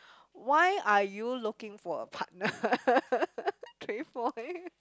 why are you looking for a partner three point